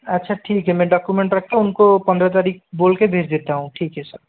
अच्छा ठीक है मैं डोकुमेंट रख कर उनको पन्द्रह तारीख़ बोल के भेज देता हूँ ठीक है सर